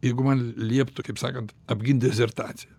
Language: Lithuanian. jeigu man lieptų kaip sakant apgint dezertaciją